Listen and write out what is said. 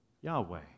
Yahweh